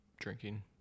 drinking